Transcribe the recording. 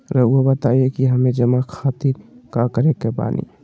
रहुआ बताइं कि हमें जमा खातिर का करे के बानी?